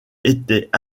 étaient